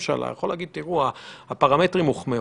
כמשלים לאיכון ולכן ניסינו קצת לעבות את סעיף ההשגה.